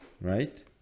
right